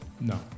No